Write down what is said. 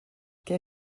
què